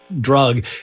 drug